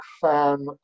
fan